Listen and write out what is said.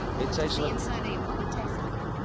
so so inside of your pocket taste like?